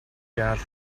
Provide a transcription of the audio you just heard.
жаал